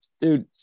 Dude